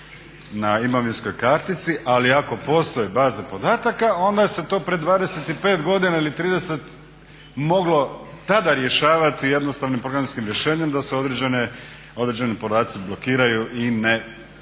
na imovinskoj kartici ali ako postoji baza podataka onda se to pred 25 godina ili 30 moglo tada rješavati jednostavnim programskim rješenjem da se određeni podaci blokiraju i ne izlaze